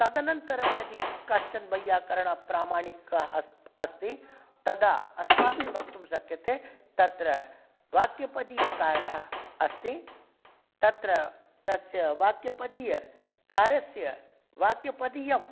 तदनन्तरं यदि कश्चन वैयाकरणः प्रामाणिकः अस् अस्ति तदा अस्माभिः वक्तुं शक्यते तत्र वाक्यपदीयकारः अस्ति तत्र तस्य वाक्यपदीयकारस्य वाक्यपदीयं